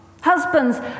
Husbands